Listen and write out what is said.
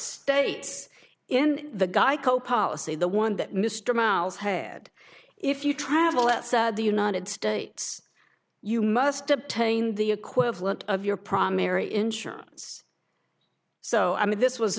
states in the guy co policy the one that mr mouse had if you travel at the united states you must obtain the equivalent of your primary insurance so i mean this was